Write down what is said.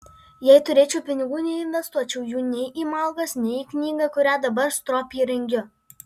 jei turėčiau pinigų neinvestuočiau jų nei į malkas nei į knygą kurią dabar stropiai rengiu